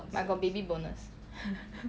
ya I got baby bonus